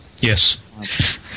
Yes